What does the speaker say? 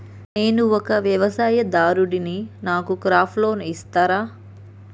నేను ఒక వ్యవసాయదారుడిని నాకు క్రాప్ లోన్ ఇస్తారా?